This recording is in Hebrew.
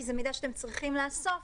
כי זה מידע שצריכים לאסוף,